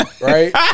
Right